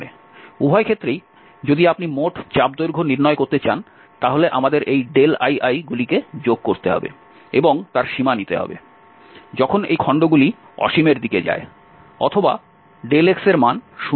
উভয় ক্ষেত্রেই যদি আপনি মোট চাপ দৈর্ঘ্য নির্ণয় করতে চান তাহলে আমাদের এই liগুলিকে যোগ করতে হবে এবং তার সীমা নিতে হবে যখন এই খন্ডগুলি অসীমের দিকে যায় অথবা xএর মান 0 এর দিকে যায়